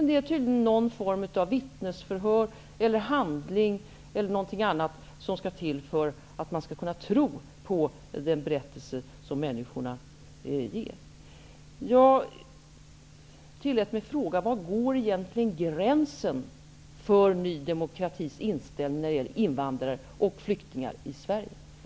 Det är tydligen fråga om någon form av vittnesförhör, handlingar eller något annat som skall till för att människors berättelser skall bli trodda. Jag tillät mig att fråga var gränsen egentligen går för Ny demokratis inställning när det gäller invandrare och flyktingar i Sverige.